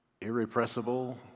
irrepressible